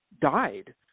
died